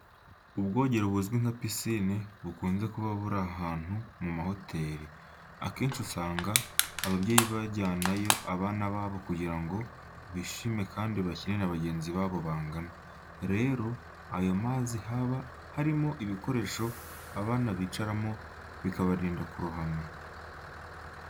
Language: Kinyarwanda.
Ubwogero buzwi nka pisine bukunze kuba buri ahantu mu mahoteli. Akenshi, usanga ababyeyi bajyanayo abana babo kugira ngo bishime kandi bakine na bagenzi babo bangana. Rero muri ayo mazi haba harimo ibikoresho abana bicaramo bibarinda kurohama.